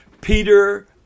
Peter